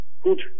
gut